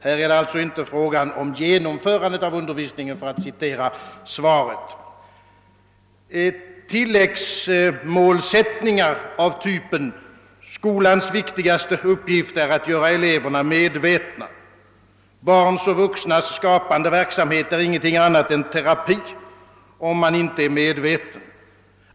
Här är det alltså inte fråga om »genomförandet av undervisningen« för att citera svaret. Tilläggsmålsättningar av typen »skolans viktigaste uppgift är att göra eleverna medvetna», »barns och vuxnas skapande verksamhet är ingenting annat än terapi om man inte är medveten».